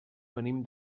venim